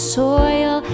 soil